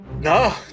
No